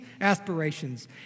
aspirations